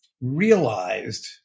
realized